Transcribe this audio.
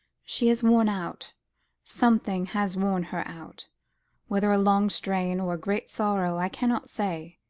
she is worn out something has worn her out whether a long strain, or a great sorrow, i cannot say.